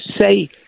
say